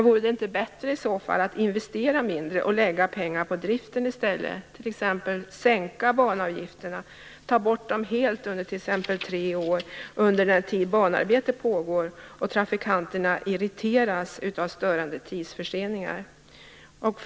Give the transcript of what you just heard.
Vore det inte bättre att investera mindre och i stället lägga pengar på driften, genom att t.ex. sänka banavgifterna eller ta bort dem helt under exempelvis tre år, dvs. den tid som banarbete pågår och trafikanterna irriteras av störande tidsförseningar?